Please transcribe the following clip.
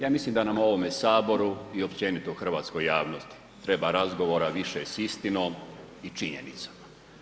Ja mislim da nam u ovome Saboru i općenito u hrvatskoj javnosti treba razgovora više s istinom i činjenicama.